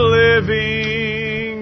living